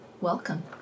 Welcome